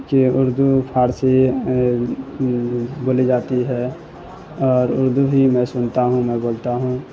کی اردو فارسی بولی جاتی ہے اور اردو ہی میں سنتا ہوں میں بولتا ہوں